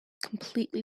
completely